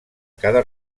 cada